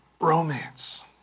romance